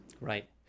Right